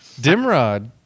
Dimrod